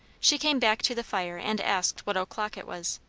she came back to the fire and asked what o'clock it was.